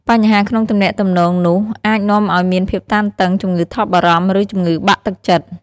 បញ្ហាក្នុងទំនាក់ទំនងនោះអាចនាំឱ្យមានភាពតានតឹង ជំងឺថប់បារម្ភ ឬជំងឺបាក់ទឹកចិត្ត។